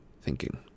Thinking